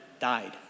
died